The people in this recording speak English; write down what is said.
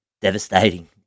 Devastating